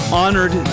honored